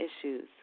issues